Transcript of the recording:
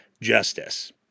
justice